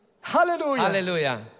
Hallelujah